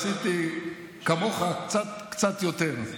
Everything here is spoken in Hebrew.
עשיתי כמוך, וקצת יותר.